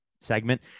segment